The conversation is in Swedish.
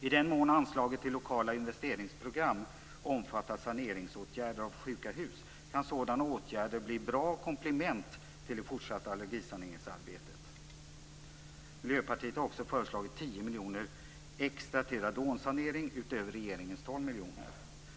I den mån anslaget till lokala investeringsprogram omfattar saneringsåtgärder av s.k. sjuka hus kan sådana åtgärder bli ett bra komplement till det fortsatta allergisaneringsarbetet. Vi i Miljöpartiet har också föreslagit 10 miljoner kronor extra till radonsanering, utöver regeringens 12 miljoner kronor.